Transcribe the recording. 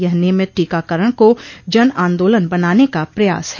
यह नियमित टीकाकरण को जन आन्दोलन बनाने का प्रयास है